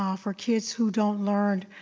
um for kids who don't learn